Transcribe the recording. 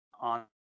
on